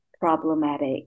problematic